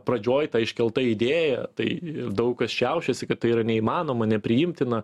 pradžioj ta iškelta idėja tai daug kas šiaušiasi kad tai yra neįmanoma nepriimtina